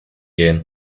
gehen